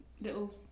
Little